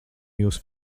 jūs